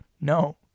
No